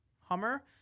Hummer